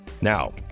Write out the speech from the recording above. Now